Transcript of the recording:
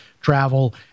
travel